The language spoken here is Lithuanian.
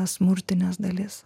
smurtines dalis